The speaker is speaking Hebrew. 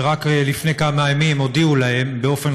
שרק לפני כמה ימים הודיעו להם באופן